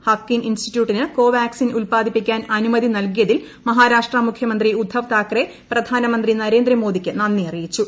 Haffkine ഇൻസ്റ്റിറ്റ്യൂട്ടിന് കോവാക്സിൻ ഉൽപാദിപ്പിക്കാൻ അനുമതി നൽകിയതിൽ മഹാരാഷ്ട്ര മുഖൃമന്ത്രി ഉദ്ധവ് താക്കറെ പ്രധാനമന്ത്രി നരേന്ദ്രമോദിക്ക് നന്ദി അറിയിച്ചു